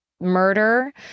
murder